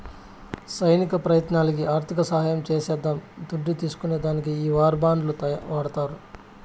సైనిక ప్రయత్నాలకి ఆర్థిక సహాయం చేసేద్దాం దుడ్డు తీస్కునే దానికి ఈ వార్ బాండ్లు వాడతారు